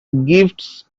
gifts